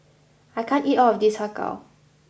I can't eat all of this Har Gow